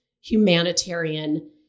humanitarian